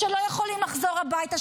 לא יכולים לחזור הביתה,